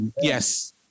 Yes